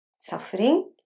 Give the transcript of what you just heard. Suffering